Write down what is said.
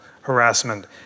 harassment